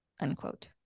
unquote